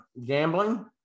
gambling